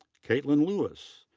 caitlyn lewis.